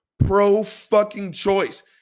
pro-fucking-choice